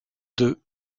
deux